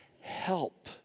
help